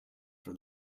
for